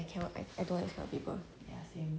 I cannot I don't want this kind of people